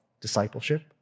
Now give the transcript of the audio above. discipleship